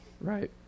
right